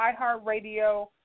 iHeartRadio